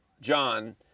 john